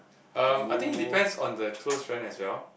um I think it depends on the close friend as well